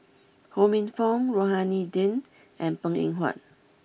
Ho Minfong Rohani Din and Png Eng Huat